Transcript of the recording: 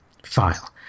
file